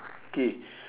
K